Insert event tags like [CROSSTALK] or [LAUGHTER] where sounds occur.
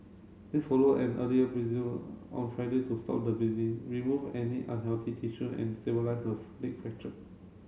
this follow an earlier [UNINTELLIGIBLE] on Friday to stop the bleeding remove any unhealthy tissue and stabilise her [UNINTELLIGIBLE] leg fracture